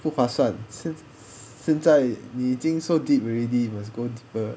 不划算 since 现在你已经 so deep already you must go deeper